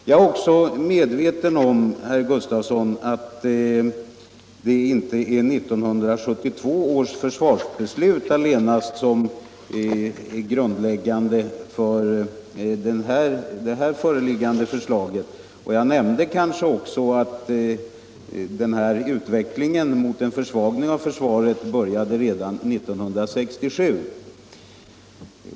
Jag är också medveten om, herr Gustafsson, att det inte är 1972 års försvarsbeslut allenast som är grundläggande för det nu föreliggande förslaget. Utvecklingen mot en försvagning av försvaret började ju redan 1967.